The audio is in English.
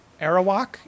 Arawak